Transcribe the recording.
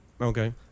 Okay